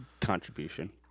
contribution